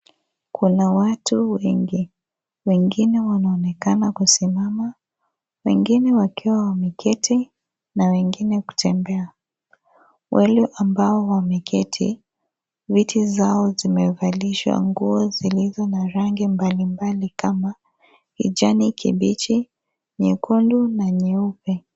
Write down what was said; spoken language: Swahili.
Kuna watu wengi. Wengine wanaonekana kusimama, wengine wakiwa wameketi, na wengine kutembea. Wale ambao wameketi, viti zao zimevalishwa nguo zilizo na rangi mbali mbali kama kijani kibichi, nyekundu na nyeupe.